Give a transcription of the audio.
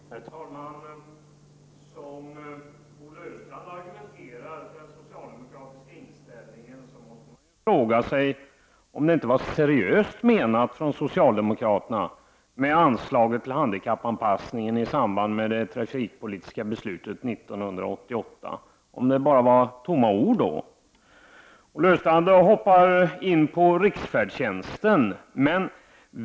Herr talman! När man hör hur Olle Östrand argumenterar för den socialdemokratiska inställningen måste man fråga sig om det inte var seriöst menat med ett anslag till handikappanpassning i samband med det trafikpolitiska beslutet år 1988. Det kanske bara var fråga om tomma ord. Olle Östrand kom in på frågan om riksfärdtjänsten.